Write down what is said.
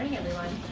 everyone.